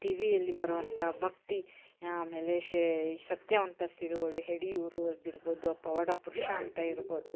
ಟಿವಿಯಲ್ಲಿ ಬರುವಂಥ ಭಕ್ತಿ ಆಮೇಲೆ ಎಡಿಯೂರು ಆಗಿರ್ಬೋದು ಪವಾಡ ಪುರುಷ ಅಂತ ಇರ್ಬೋದು